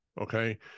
okay